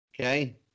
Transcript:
okay